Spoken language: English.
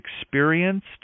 experienced